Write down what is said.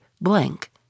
blank